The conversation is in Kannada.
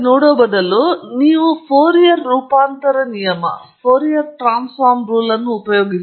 ಬದಲಿಗೆ ಫೋರಿಯರ್ ರೂಪಾಂತರ ನಿಯಮವನ್ನು ಉಪಯೋಗಿಸೋಣ